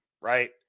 right